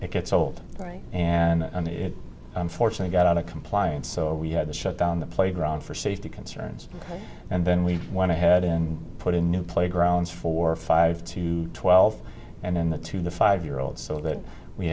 it gets old right and unfortunately got out of compliance so we had to shut down the playground for safety concerns and then we went ahead and put in new playgrounds for five to twelve and then the to the five year old so that we